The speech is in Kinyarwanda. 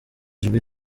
ijwi